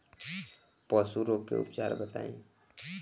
पशु रोग के उपचार बताई?